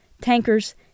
tankers